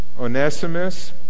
Onesimus